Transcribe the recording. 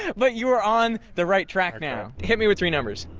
but you were on the right track now. hit me with three numbers.